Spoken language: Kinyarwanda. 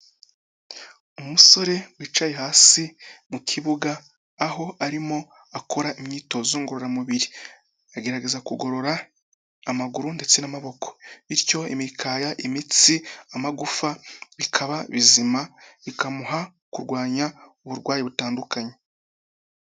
Umusore wicaye hasi mu kibuga, aho arimo akora imyitozo ngororamubiri, aragerageza kugorora amaguru, ndetse n'amaboko, bityo imikaya, imitsi, amagufa, bikaba bizima bikamuha kurwanya uburwayi butandukanye.